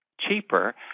cheaper